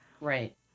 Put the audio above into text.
Right